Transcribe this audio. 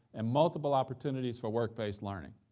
and multiple opportunities for work-based learning,